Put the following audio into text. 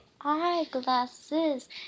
eyeglasses